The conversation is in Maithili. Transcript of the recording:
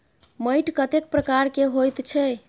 मैंट कतेक प्रकार के होयत छै?